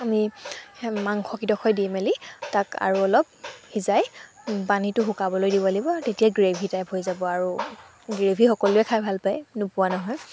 আমি সেই মাংসকেইডোখৰ দি মেলি তাক আৰু অলপ সিজাই পানীটো শুকাবলৈ দিব লাগিব আৰু তেতিয়া গ্ৰেভি টাইপ হৈ যাব আৰু গ্ৰেভি সকলোৱে খাই ভাল পায় নোপোৱা নহয়